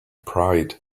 pride